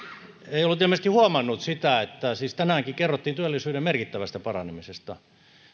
ei ollut ilmeisesti huomannut sitä että tänäänkin kerrottiin työllisyyden merkittävästä paranemisesta